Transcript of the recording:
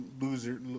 loser